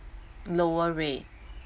lower rate